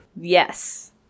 Yes